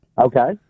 Okay